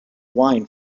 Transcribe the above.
wine